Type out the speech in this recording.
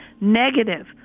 negative